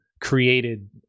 created